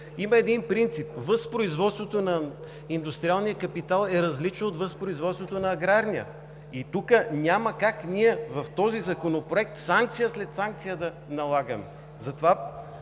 има един принцип: възпроизводството на индустриалния капитал е различно от възпроизводството на аграрния. Няма как в този законопроект да налагаме санкция след